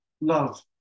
love